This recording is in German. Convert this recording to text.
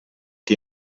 die